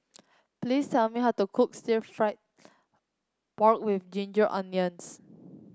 please tell me how to cook Stir Fried Pork with Ginger Onions